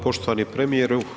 Poštovani premijeru.